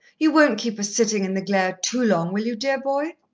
you won't keep us sitting in the glare too long, will you, dear boy?